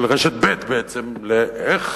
של רשת ב', בעצם, לאיך